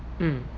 mm